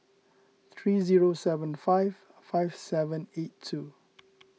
three zero seven five five seven eight two